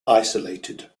isolated